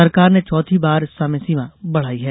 सरकार ने चौथी बार समय सीमा बढ़ाई है